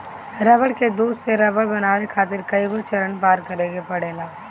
रबड़ के दूध से रबड़ बनावे खातिर कईगो चरण पार करे के पड़ेला